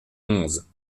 onze